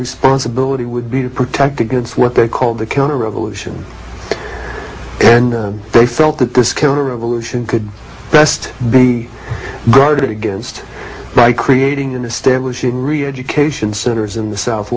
responsibility would be to protect against what they called the counterrevolution and they felt that this counterrevolution could best be guarded against by creating and establishing reeducation centers in the south